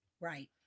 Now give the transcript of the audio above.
Right